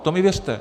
To mi věřte.